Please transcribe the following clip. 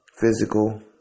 Physical